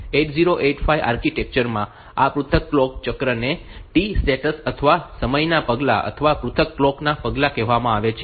8085 architecture માં આ પૃથક કલોક ચક્રને T સ્ટેટ્સ અથવા સમયના પગલાં અથવા પૃથક કલોક ના પગલાં કહેવામાં આવે છે